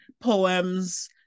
poems